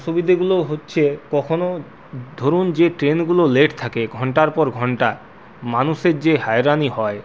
অসুবিধেগুলো হচ্ছে কখনও ধরুন যে ট্রেনগুলো লেট থাকে ঘন্টার পর ঘন্টা মানুষের যে হয়রানি হয়